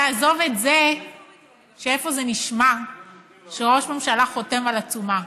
נעזוב את זה ש-איפה זה נשמע שראש ממשלה חותם על עצומה,